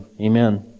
Amen